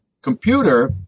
computer